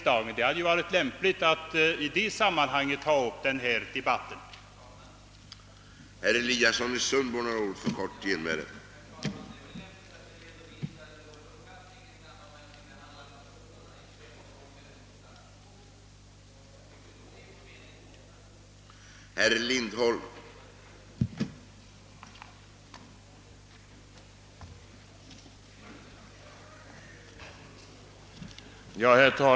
Det hade varit lämpligt att ta upp den här debatten i samband med riksdagsbehandlingen då.